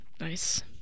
nice